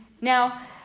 Now